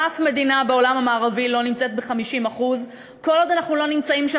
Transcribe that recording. ואף מדינה בעולם המערבי לא נמצאת ב-50% כל עוד אנחנו לא נמצאים שם,